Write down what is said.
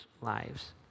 lives